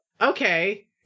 Okay